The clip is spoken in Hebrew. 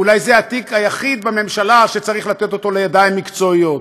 אולי זה התיק היחיד בממשלה שצריך לתת אותו לידיים מקצועיות.